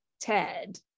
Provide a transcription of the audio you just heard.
Ted